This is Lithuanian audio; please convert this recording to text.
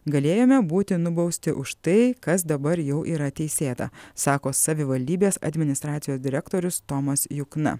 galėjome būti nubausti už tai kas dabar jau yra teisėta sako savivaldybės administracijos direktorius tomas jukna